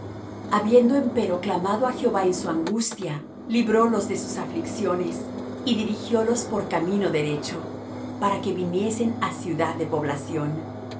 habiendo empero clamado á jehová en su angustia librólos de sus aflicciones y dirigiólos por camino derecho para que viniesen á ciudad de población